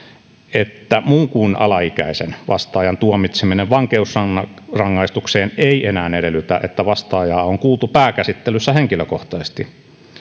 että muun kuin alaikäisen vastaajan tuomitseminen vankeusrangaistukseen ei enää edellytä että vastaajaa on kuultu pääkäsittelyssä henkilökohtaisesti